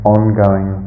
ongoing